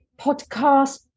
podcast